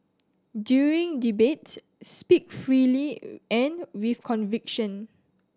during debates speak freely and with conviction